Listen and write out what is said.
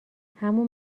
همون